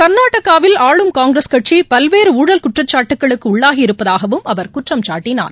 கர்நாடகாவில் ஆளும் காங்கிரஸ் கட்சி பல்வேறு ஊழல் குற்றச்சாட்டுக்கு உள்ளாகியிருப்பதாகவும் அவர் குற்றம் சாட்டினார்